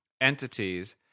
entities